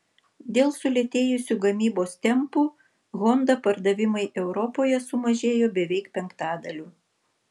dėl sulėtėjusių gamybos tempų honda pardavimai europoje sumažėjo beveik penktadaliu